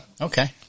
Okay